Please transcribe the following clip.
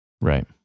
Right